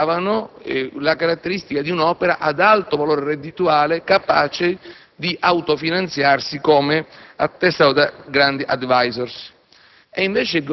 denotanti la caratteristica di un'opera ad alto valore reddituale, capace di autofinanziarsi come attestato da grandi *advisors*.